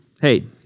hey